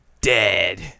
dead